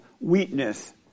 weakness